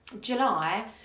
July